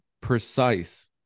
precise